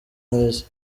neza